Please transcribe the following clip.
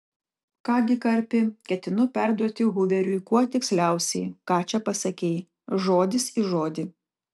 ką gi karpi ketinu perduoti huveriui kuo tiksliausiai ką čia pasakei žodis į žodį